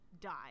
die